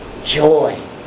joy